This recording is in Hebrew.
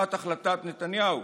בחקירת החלטת נתניהו